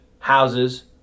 Houses